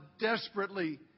Desperately